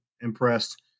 impressed